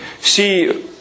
See